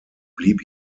blieb